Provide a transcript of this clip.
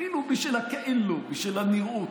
אפילו בשביל הכאילו, בשביל הנראות,